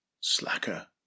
Slacker